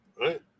Right